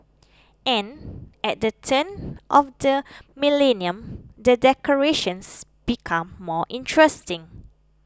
and at the turn of the millennium the decorations became more interesting